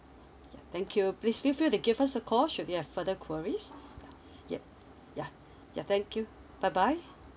yeah thank you please feel free to give you they give us a call you have further queries yup yeah ya thank you bye bye